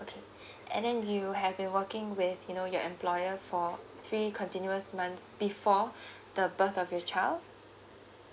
okay and then you have been working with you know your employer for three continuous months before the birth of your child